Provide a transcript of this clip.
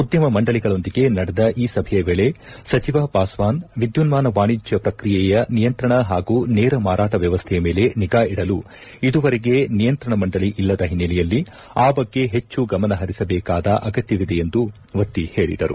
ಉದ್ಯಮ ಮಂಡಳಿಗಳೊಂದಿಗೆ ನಡೆದ ಈ ಸಭೆಯ ವೇಳೆ ಸಚಿವ ಪಾಸ್ವಾನ್ ವಿದ್ಯುನ್ಮಾನ ವಾಣಿಜ್ಯ ಪ್ರಕ್ರಿಯೆಯ ನಿಯಂತ್ರಣ ಹಾಗೂ ನೇರ ಮಾರಾಟ ವ್ಯವಸ್ಥೆಯ ಮೇಲೆ ನಿಗಾ ಇಡಲು ಇದುವರೆಗೆ ನಿಯಂತ್ರಣ ಮಂಡಳಿ ಇಲ್ಲದ ಹಿನ್ಸೆಲೆಯಲ್ಲಿ ಆ ಬಗ್ಗೆ ಹೆಚ್ಚು ಗಮನಹರಿಸಬೇಕಾದ ಅಗತ್ಯವಿದೆ ಎಂದು ಒತ್ತಿ ಹೇಳಿದರು